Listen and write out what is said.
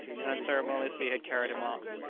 and unceremoniously had carried him off.